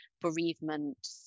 bereavement